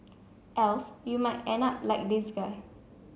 else you might end up like this guy